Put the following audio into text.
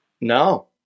No